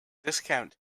discount